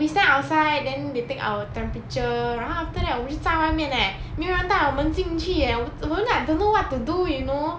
we stand outside then they take our temperature 然后 after that 我们就站外面 leh 没有人带我们进去 leh w~ I don't know what to do leh you know